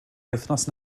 wythnos